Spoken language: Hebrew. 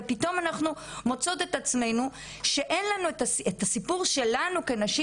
ופתאום אנחנו מוצאות את עצמנו שאין לנו את הסיפור שלנו כנשים,